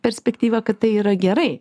perspektyvą kad tai yra gerai